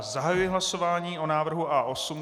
Zahajuji hlasování o návrhu A8.